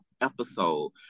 episode